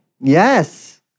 Yes